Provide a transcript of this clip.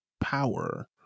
power